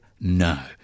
No